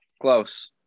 Close